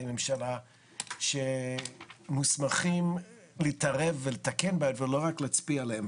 ממשלה שמוסמכים להתערב ולתקן ולא רק להצביע עליהם.